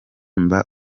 mba